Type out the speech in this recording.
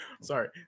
Sorry